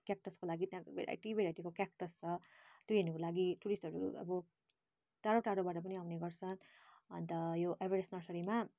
क्याक्टसको लागि त्यहाँको भेराइटी भेराइटीको क्याक्टस छ त्यो हेर्नुको लागि टुरिस्टहरू अब टाडो टाडोबाट पनि आउने गर्छ अन्त यो एभरेस्ट नर्सरीमा